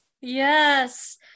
yes